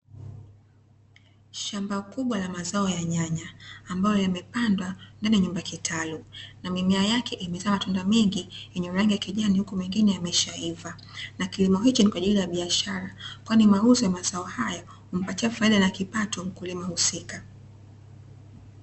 Shamba kubwa la mazao ya nyanya, ambayo yamepandwa ndani ya nyumba kitalu na mimea yake imezaa matunda mingi yenye rangi ya kijani huku mengine yameshaivaa, na kilimo hicho ni kwa ajili ya biashara kwani mauzo ya mazao hayo humpatia faida na kipato mkulima husika.